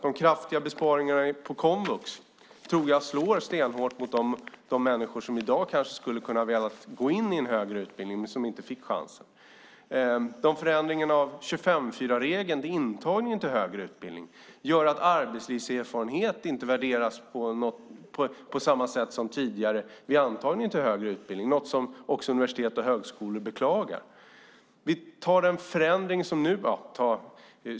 De kraftiga besparingarna på komvux tror jag slår stenhårt mot de människor som i dag kanske hade velat gå in i en högre utbildning men inte fick chansen. Förändringarna av 25:4-regeln vid antagning till högre utbildning gör att arbetslivserfarenhet inte värderas på samma sätt som tidigare. Det är något som också universitet och högskolor beklagar.